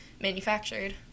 manufactured